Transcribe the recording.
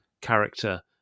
character